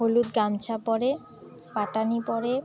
হলুদ গামছা পরে পাটানি পরে